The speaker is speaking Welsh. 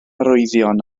arwyddion